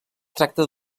tracta